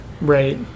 Right